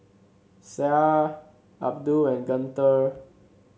Syah Abdul and Guntur